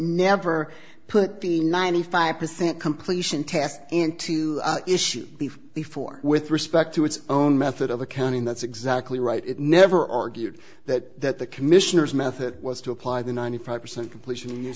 the ninety five percent completion test into issue before with respect to its own method of accounting that's exactly right it never argued that the commissioners method was to apply the ninety five percent completion